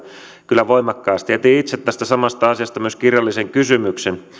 kyllä voimakkaasti jätin itse tästä samasta asiasta myös kirjallisen kysymyksen